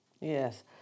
Yes